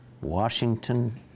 Washington